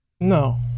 no